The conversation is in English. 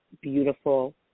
beautiful